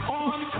on